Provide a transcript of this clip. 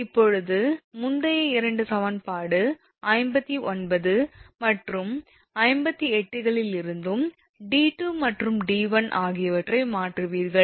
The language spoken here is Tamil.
இப்போது முந்தைய இரண்டு சமன்பாடு 59 மற்றும் 58 களிலிருந்தும் 𝑑2 மற்றும் 𝑑1 ஆகியவற்றை மாற்றுவீர்கள்